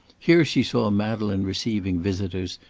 here she saw madeleine receiving visitors,